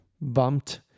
bumped